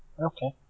Okay